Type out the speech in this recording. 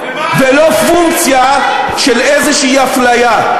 ולא פונקציה של איזושהי אפליה.